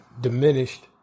diminished